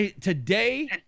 today